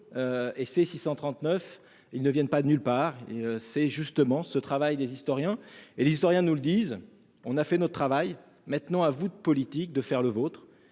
Et ses 639 ils ne viennent pas de nulle part et c'est justement ce travail des historiens et l'historien nous le disent, on a fait notre travail, maintenant à vous de politique, de faire le vôtre